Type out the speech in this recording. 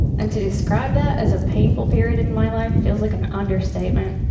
and to describe that as a painful period in my life feels like an understatement.